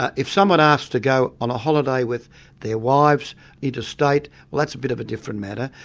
if someone asked to go on a holiday with their wives interstate, well that's a bit of a different matter.